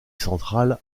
centrale